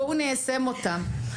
בואו ניישם אותם.